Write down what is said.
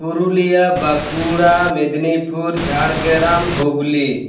Purulia Bankura Medinipur Jhargram Hooghly